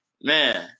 Man